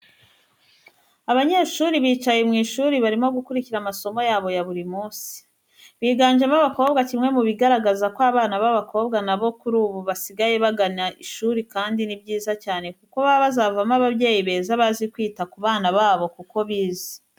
Abanyeshuri bicaye mu ishuri barimo bakurikira amasomo yabo ya buri munsi. Biganjemo abakobwa kimwe mu bigaragaza ko abana b'abakobwa nabo kuri ubu basigaye bagana ishuri kandi ni byiza cyane, kuko baba bazavamo ababyeyi beza bazi kwita ku bana babo kuko bize.